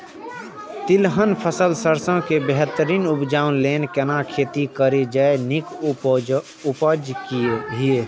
तिलहन फसल सरसों के बेहतरीन उपजाऊ लेल केना खेती करी जे नीक उपज हिय?